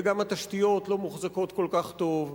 וגם התשתיות לא מוחזקות כל כך טוב,